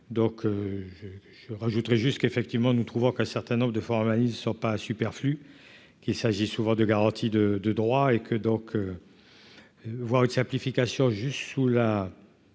donc je je rajouterais juste qu'effectivement nous trouvons qu'un certain nombre de formalisme sont pas superflu, qu'il s'agit souvent de garantie de de droit et que donc voir une simplification juste sous la